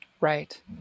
Right